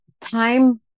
time